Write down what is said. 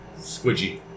squidgy